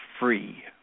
free